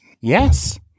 yes